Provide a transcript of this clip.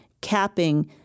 capping